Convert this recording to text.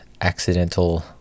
accidental